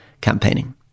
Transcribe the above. campaigning